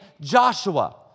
Joshua